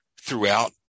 throughout